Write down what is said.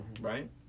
right